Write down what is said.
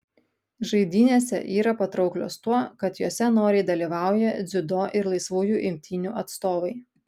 žaidynėse yra patrauklios tuo kad jose noriai dalyvauja dziudo ir laisvųjų imtynių atstovai